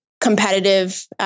competitive